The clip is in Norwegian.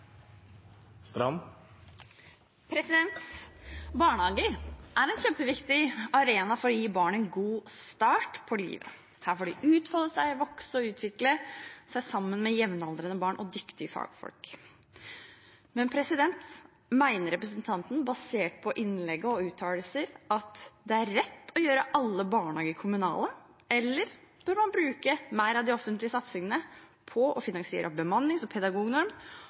en kjempeviktig arena for å gi barn en god start på livet. Her får de utfolde seg, vokse og utvikle seg sammen med jevnaldrende barn og dyktige fagfolk. Men mener representanten, basert på innlegget og uttalelser, at det er rett å gjøre alle barnehager kommunale, eller bør man bruke mer av de offentlige satsingene på å finansiere opp bemanning, som pedagognorm